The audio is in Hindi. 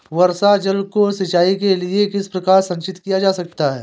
वर्षा जल को सिंचाई के लिए किस प्रकार संचित किया जा सकता है?